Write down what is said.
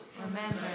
Remember